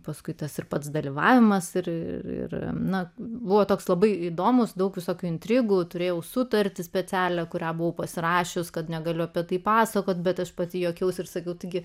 paskui tas ir pats dalyvavimas ir na buvo toks labai įdomūs daug visokių intrigų turėjau sutartį specialią kurią buvau pasirašęs kad negaliu apie tai pasakoti bet aš pati juokiausi ir sakiau taigi